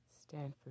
Stanford